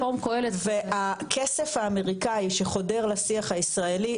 והכסף האמריקאי שחודר לשיר הישראלי,